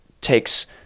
takes